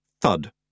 thud